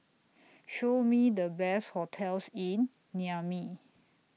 Show Me The Best hotels in Niamey